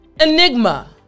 enigma